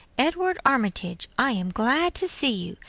edward armitage, i am glad to see you,